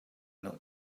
not